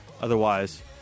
otherwise